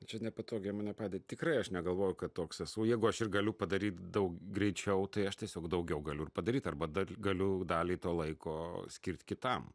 čia nepatogią padėtį tikrai aš negalvoju kad toks esu o jeigu aš ir galiu padaryti daug greičiau tai aš tiesiog daugiau galiu ir padaryti arba dar galiu dalį to laiko skirti kitam